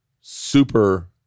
super